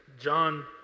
John